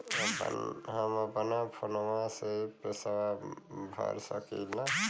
हम अपना फोनवा से ही पेसवा भर सकी ला?